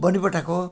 भनिपठाएको